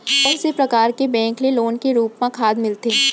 कोन से परकार के बैंक ले लोन के रूप मा खाद मिलथे?